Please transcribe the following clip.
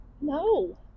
No